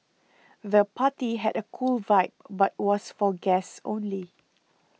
the party had a cool vibe but was for guests only